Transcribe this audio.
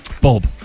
Bob